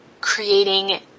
creating